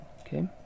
okay